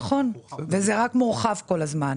נכון וזה רק מורחב כל הזמן.